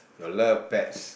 I love pets